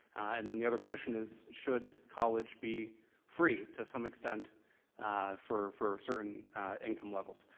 and and the other question is, should college be free to some extent ah for for certain income levels?